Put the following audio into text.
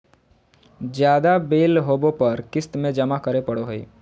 ज्यादा बिल होबो पर क़िस्त में जमा करे पड़ो हइ